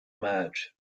match